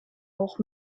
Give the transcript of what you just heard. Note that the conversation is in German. auch